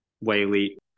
Wiley